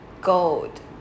gold